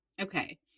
Okay